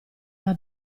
una